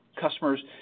customers